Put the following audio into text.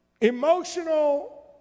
emotional